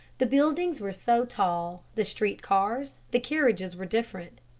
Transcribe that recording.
the buildings were so tall, the street cars, the carriages were different.